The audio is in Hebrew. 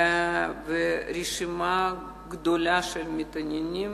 ויש רשימה גדולה של מתעניינים.